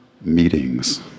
meetings